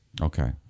Okay